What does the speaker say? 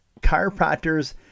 chiropractors